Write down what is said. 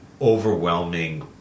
overwhelming